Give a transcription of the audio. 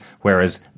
whereas